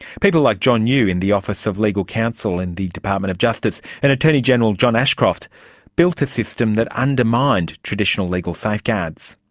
people like john yoo in the office of legal counsel in the department of justice and attorney general john ashcroft built a system that undermined traditional legal safeguards.